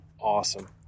awesome